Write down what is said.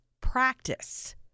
practice